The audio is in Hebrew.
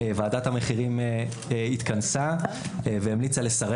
ועדת המחירים התכנסה והמליצה לשרי